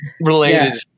related